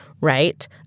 right